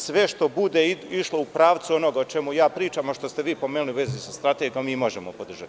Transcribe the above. Sve što bude išlo u pravcu onoga o čemu ja pričam, a što ste vi pomenuli u vezi sa strategijom, mi možemo podržati.